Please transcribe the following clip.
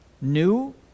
new